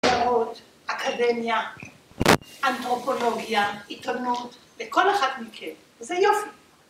‫מדעות, אקדמיה, אנתרופולוגיה, ‫עיתונות, וכל אחת מכן. זה יופי.